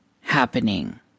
happening